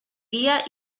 guia